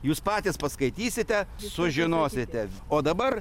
jūs patys paskaitysite sužinosite o dabar